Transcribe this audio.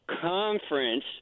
conference